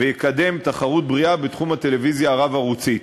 ויביא לתחרות בריאה בתחום הטלוויזיה הרב-ערוצית.